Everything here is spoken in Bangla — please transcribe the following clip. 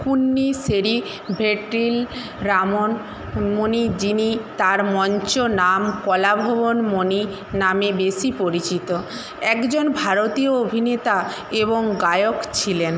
কুন্নিসেরি ভেট্টিল রামন মণি যিনি তার মঞ্চ নাম কলাভবন মণি নামে বেশি পরিচিত একজন ভারতীয় অভিনেতা এবং গায়ক ছিলেন